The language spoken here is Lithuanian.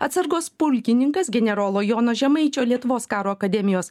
atsargos pulkininkas generolo jono žemaičio lietuvos karo akademijos